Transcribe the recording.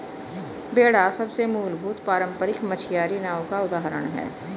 बेड़ा सबसे मूलभूत पारम्परिक मछियारी नाव का उदाहरण है